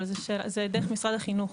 אבל זה דרך משרד החינוך.